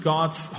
God's